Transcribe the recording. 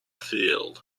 field